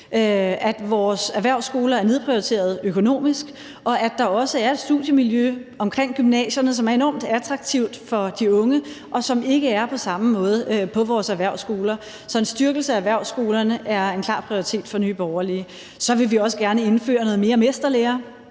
at vores erhvervsskoler er nedprioriterede økonomisk, og at der også er et studiemiljø omkring gymnasierne, som er enormt attraktivt for de unge, men som der ikke på samme måde er på vores erhvervsskoler. Så en styrkelse af erhvervsskolerne er en klar prioritet for Nye Borgerlige. Så vil vi også gerne indføre noget mere mesterlære.